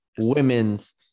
Women's